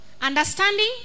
Understanding